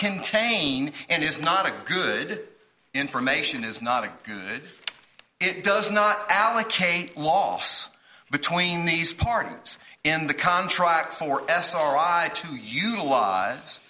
contain and is not a good information is not a good it does not allocate loss between these parties in the contract for sri to utilize